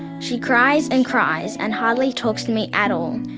she cries and cries and hardly talks to me at all.